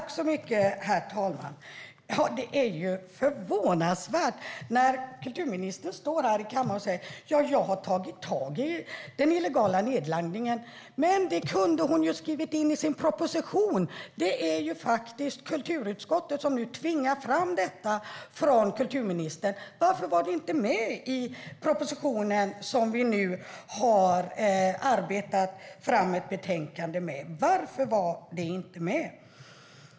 Herr talman! Det är förvånansvärt när kulturministern står här i kammaren och säger: Jag har tagit tag i den illegala nedladdningen. Men det kunde hon ju ha skrivit in i sin proposition. Det är faktiskt kulturutskottet som nu tvingar fram detta från kulturministern. Varför var det inte med i den proposition som vi nu har arbetat fram ett betänkande om?